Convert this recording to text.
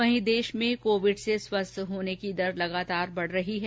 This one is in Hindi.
वहीं देश में कोविड से स्वस्थ होने की दर लगातार बढ़ रही है